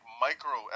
micro